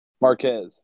Marquez